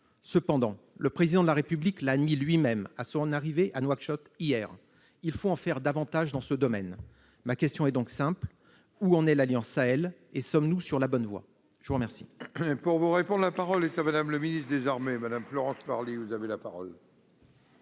Toutefois, le Président de la République l'a admis lui-même à son arrivée à Nouakchott, hier, il faut en faire davantage dans ce domaine. Ma question est donc simple : où en est l'Alliance Sahel et sommes-nous sur la bonne voie ? La parole